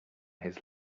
his